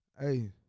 hey